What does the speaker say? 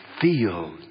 feel